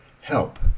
help